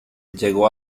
llegó